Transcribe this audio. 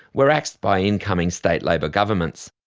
were axed by incoming state labor governments.